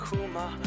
Kuma